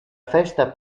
festa